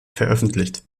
veröffentlicht